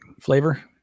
flavor